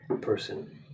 person